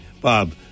Bob